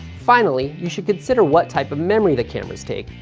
finally, you should consider what type of memory the cameras take,